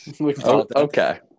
Okay